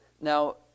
Now